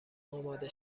اماده